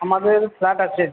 আমাদের ফ্ল্যাট আছে